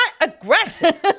aggressive